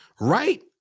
right